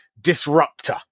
disruptor